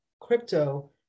crypto